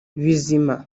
bizima